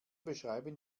beschreiben